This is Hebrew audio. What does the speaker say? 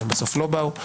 בסוף לא באו.